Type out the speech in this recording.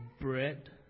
bread